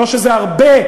לא שזה הרבה,